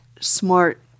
smart